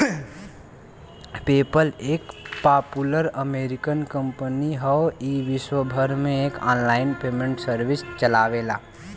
PayPal एक popular American company हौ ई विश्वभर में एक आनलाइन पेमेंट सर्विस चलावेला